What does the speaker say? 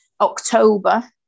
October